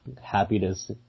happiness